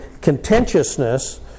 contentiousness